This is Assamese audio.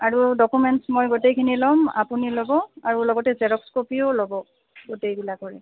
আৰু ডকুমেণ্টছ মই গোটেইখিনি ল'ম আপুনি ল'ব আৰু লগতে জেৰক্স কপিও ল'ব গোটেইবিলাকৰে